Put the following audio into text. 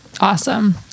awesome